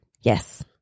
Yes